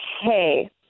Hey